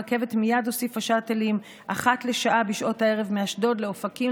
הרכבת מייד הוסיפה שאטלים אחת לשעה בשעות הערב מאשדוד לאופקים,